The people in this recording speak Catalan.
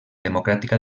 democràtica